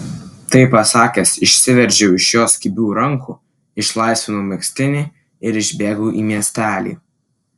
tai pasakęs išsiveržiau iš jos kibių rankų išlaisvinau megztinį ir išbėgau į miestelį